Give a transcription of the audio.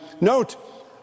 Note